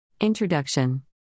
Introduction